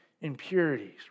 impurities